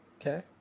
okay